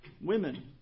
women